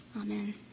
Amen